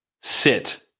sit